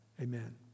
Amen